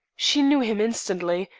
she knew him instantly,